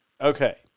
Okay